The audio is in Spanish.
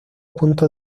punto